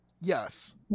Yes